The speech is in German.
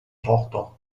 tochter